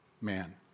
man